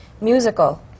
musical